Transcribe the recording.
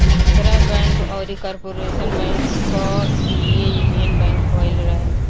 Andhra Bank अउरी Corporation Bank कअ विलय यूनियन बैंक में भयल रहे